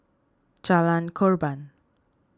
Jalan Korban